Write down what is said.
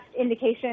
indication